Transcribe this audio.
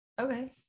Okay